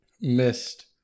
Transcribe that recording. missed